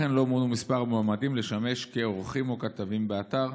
אכן לא מונו מספר מועמדים לשמש כעורכים או כתבים באתר.